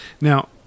Now